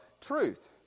truth